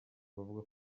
bavuga